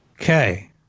Okay